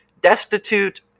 destitute